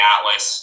Atlas